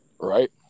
right